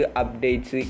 updates